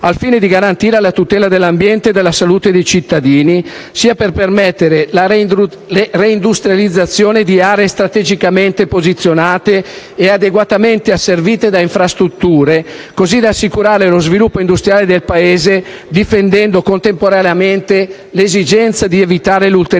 al fine di garantire la tutela dell'ambiente e della salute dei cittadini, sia per permettere la reindustrializzazione di aree strategicamente posizionate e adeguatamente asservite da infrastrutture, così da assicurare lo sviluppo industriale del Paese, difendendo contemporaneamente l'esigenza di evitare l'ulteriore